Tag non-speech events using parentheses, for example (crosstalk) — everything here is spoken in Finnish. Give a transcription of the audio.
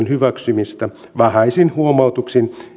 (unintelligible) hyväksymistä vähäisin huomautuksin